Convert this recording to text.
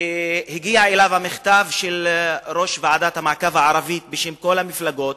שהגיע אליו המכתב של ראש ועדת המעקב הערבית בשם כל המפלגות